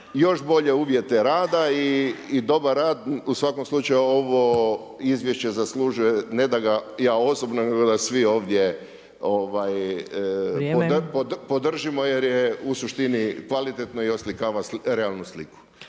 još bolje uvijete rada i dobar rad u svakom slučaju ovo izvješće zaslužuje ne da ga ja osobno nego da svi ovdje podržimo, jer je u suštini kvalitetno i oslikava realnu sliku.